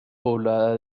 poblada